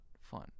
fun